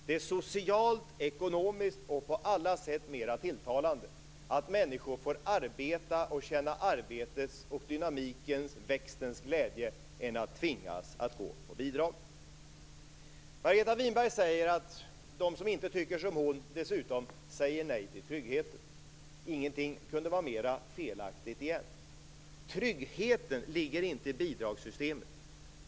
Det är socialt, ekonomiskt och på alla sätt mer tilltalande att människor får arbeta och känna arbetets, dynamikens och växtens glädje än att de tvingas att leva på bidrag. Margareta Winberg säger att de som inte tycker som hon dessutom säger nej till tryggheten. Ingenting kunde vara mer felaktigt igen. Tryggheten ligger inte i bidragssystemet.